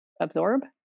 absorb